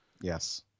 Yes